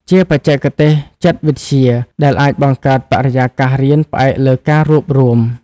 ជាបច្ចេកទេសចិត្តវិទ្យាដែលអាចបង្កើតបរិយាកាសរៀនផ្អែកលើការរួបរួម។